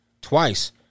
twice